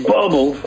Bubble